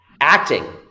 Acting